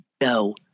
No